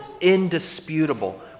indisputable